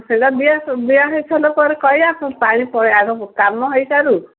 ସେଇଟା ବିଆ ହୋଇସାରିଲା ପରେ କହିବା ପାଣି ଆଗ କାମ ହୋଇସାରୁ